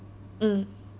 mm